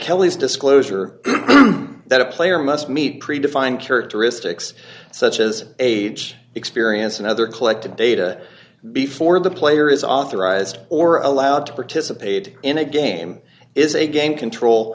kelly's disclosure that a player must meet predefined characteristics such as age experience and other collected data before the player is authorized or allowed to participate in a game is a game control